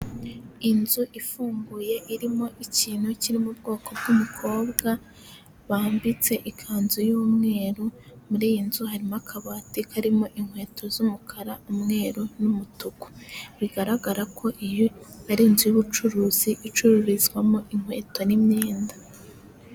Inzu ifunguye irimo ikintu kiri mu bwoko bw'umukobwa bambitse ikanzu y'umweru muri iyi nzu harimo akabati karimo inkweto z'umukara umwe n'umutuku bigaragara ko iyo ari inzu y'ubucuruzi icururizwamo inkweto n'imyenda.